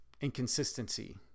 inconsistency